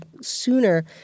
sooner